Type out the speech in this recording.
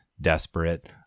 Desperate